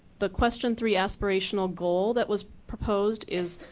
the question three aspirational goal that was proposed is,